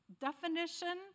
definition